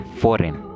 foreign